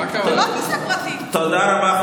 זה לא כיסא פרטי --- שר הבינוי והשיכון זאב אלקין: תודה רבה,